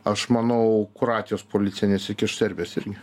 aš manau kroatijos policija nesikiš serbijos irgi